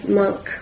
monk